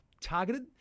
targeted